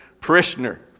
parishioner